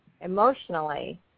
emotionally